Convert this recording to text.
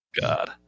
God